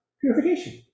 Purification